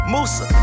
Musa